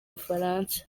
bufaransa